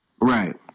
Right